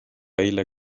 eile